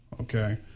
okay